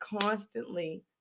constantly